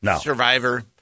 Survivor